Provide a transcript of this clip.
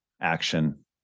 action